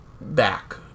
back